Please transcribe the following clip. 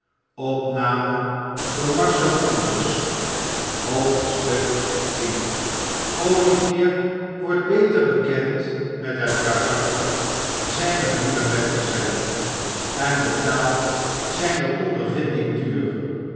olivibr wordt beter bekbnd mbt het karakter zijner nieuwe metgezellen en betaalt zijne ondervinding duur